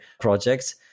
projects